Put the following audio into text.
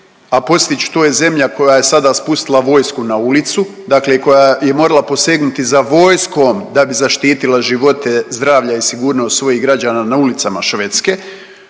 a podsjetit ću to je zemlja koja je sada spustila vojsku na ulicu, dakle koja je morala posegnuti za vojskom da bi zaštitila živote, zdravlje i sigurnost svojih građana na ulicama Švedske,